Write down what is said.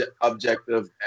objective